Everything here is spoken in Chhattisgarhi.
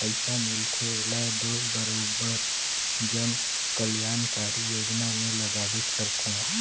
पइसा मिलथे ओला दो बरोबेर जन कलयानकारी योजना में लगाबेच करथे